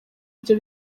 ibyo